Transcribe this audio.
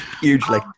Hugely